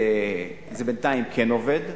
זה בינתיים כן עובד.